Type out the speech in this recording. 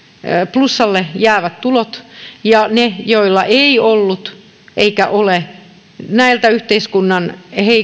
plussalle jäävät tulot ja niillä joille ei ollut eikä ole näillä yhteiskunnan